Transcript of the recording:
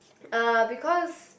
uh because